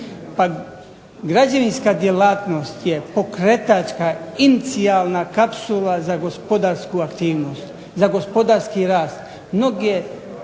građevinska djelatnost je pokretačka, inicijalna kapsula za gospodarsku aktivnost, za gospodarski rast.